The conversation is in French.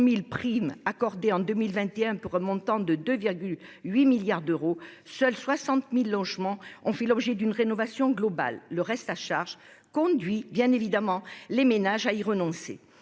000 primes accordées en 2021, pour un montant de 2,8 milliards d'euros, seuls 60 000 logements ont fait l'objet d'une rénovation globale. Le reste à charge conduit en effet les ménages à y renoncer.